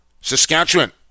Saskatchewan